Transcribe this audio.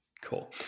Cool